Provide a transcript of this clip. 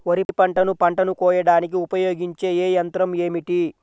వరిపంటను పంటను కోయడానికి ఉపయోగించే ఏ యంత్రం ఏమిటి?